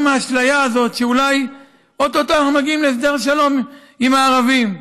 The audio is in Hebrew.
מהאשליה הזאת שאולי או-טו-טו אנחנו מגיעים להסדר שלום עם הערבים.